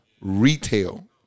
retail